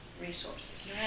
resources